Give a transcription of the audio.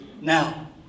now